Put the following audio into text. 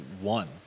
one